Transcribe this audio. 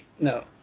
no